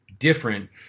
different